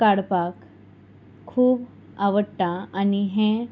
काडपाक खूब आवडटा आनी हें